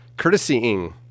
Courtesying